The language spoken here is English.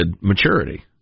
maturity